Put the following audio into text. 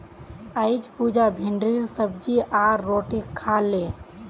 अईज पुजा भिंडीर सब्जी आर रोटी खा ले